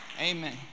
Amen